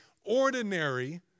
ordinary